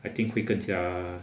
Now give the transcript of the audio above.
I think 会更加